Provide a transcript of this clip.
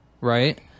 right